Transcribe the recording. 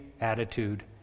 attitude